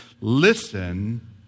Listen